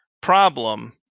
problem